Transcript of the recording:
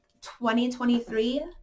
2023